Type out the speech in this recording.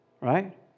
right